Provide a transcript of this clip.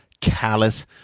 callous